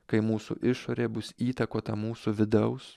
kai mūsų išorė bus įtakota mūsų vidaus